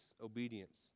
obedience